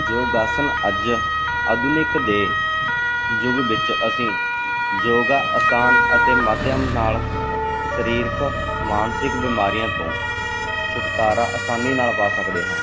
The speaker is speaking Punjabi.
ਯੋਗ ਆਸਨ ਅੱਜ ਆਧੁਨਿਕ ਦੇ ਯੁੱਗ ਵਿੱਚ ਅਸੀਂ ਯੋਗਾ ਆਸਨ ਅਤੇ ਮਾਧਿਅਮ ਨਾਲ ਸਰੀਰਕ ਮਾਨਸਿਕ ਬਿਮਾਰੀਆਂ ਤੋਂ ਛੁਟਕਾਰਾ ਆਸਾਨੀ ਨਾਲ ਪਾ ਸਕਦੇ ਹਾਂ